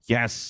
Yes